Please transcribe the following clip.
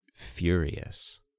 furious